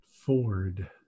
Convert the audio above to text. Ford